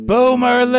Boomer